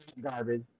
garbage